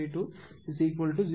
652 0